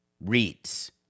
reads